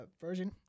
version